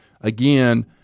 Again